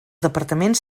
departaments